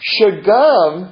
Shagam